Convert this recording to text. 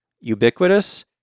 ubiquitous